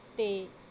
ਤੇ